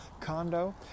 condo